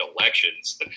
elections